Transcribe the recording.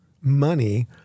money